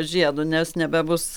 žiedu nes nebebus